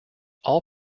all